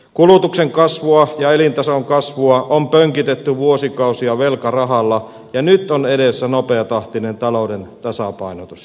kulutuksen kasvua ja elintason kasvua on pönkitetty vuosikausia velkarahalla ja nyt on edessä nopeatahtinen talouden tasapainotus